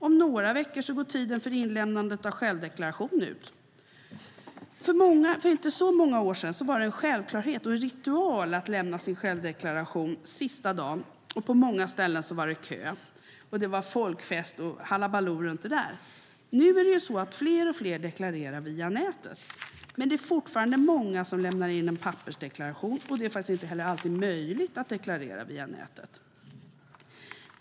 Om några veckor går tiden för inlämnande av självdeklaration ut. För inte så många år sedan var det en självklarhet och en ritual att lämna in sin självdeklaration sista dagen. På många ställen var det kö, folkfest och halabalo. Nu deklarerar fler och fler via nätet, men det är fortfarande många som lämnar in en pappersdeklaration. Det är inte heller alltid möjligt att deklarera via nätet.